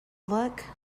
look